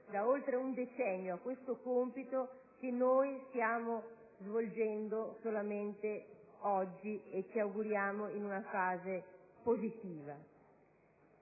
da oltre un decennio ad un compito che noi stiamo svolgendo solamente oggi, ci auguriamo, in modo positivo.